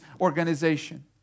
organization